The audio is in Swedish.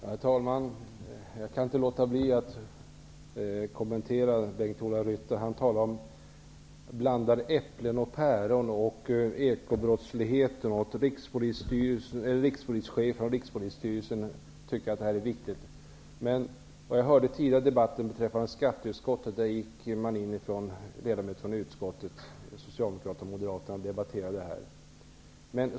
Herr talman! Jag kan inte låta bli att kommentera Bengt-Ola Ryttars anförande. Han talade om att blanda äpplen och päron och om ekobrottslighet och sade att Rikspolischefen och Rikspolisstyrelsen tycker att detta är viktigt. Men jag lyssnade tidigare på debatten om skatteutskottets betänkande. Då debatterade socialdemokrater och moderater från utskottet dessa saker.